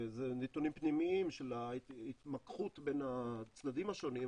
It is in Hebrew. נתונים פנימיים של ההתמקחות בין הצדדים השונים,